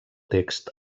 text